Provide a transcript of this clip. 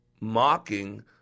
Mocking